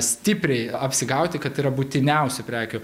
stipriai apsigauti kad tai yra būtiniausių prekių